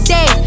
Day